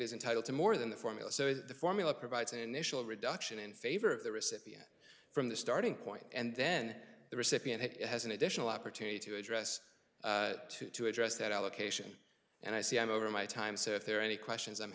is entitled to more than the formula so the formula provides an initial reduction in favor of the recipient from the starting point and then the recipient has an additional opportunity to address to address that allocation and i c m over my time so if there are any questions i'm